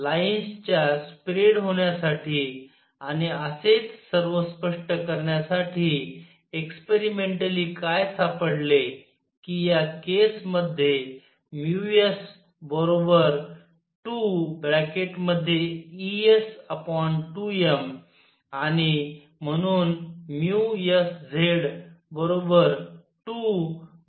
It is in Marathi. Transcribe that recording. लाईन्स च्या स्प्रेड होण्यासाठी आणि असेच सर्व स्पष्ट करण्यासाठी एक्सपेरिमेंटली काय सापडले की या केस मध्ये s 2